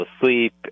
asleep